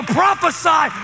prophesy